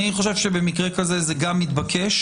אני חושב שבמקרה כזה זה גם מתבקש.